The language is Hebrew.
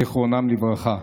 זיכרונם לברכה.